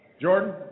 Jordan